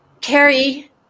Carrie